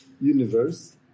universe